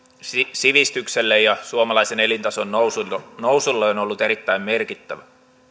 sivistykselle ja suomalaisen elintason nousulle on ollut erittäin merkittävä